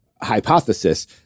hypothesis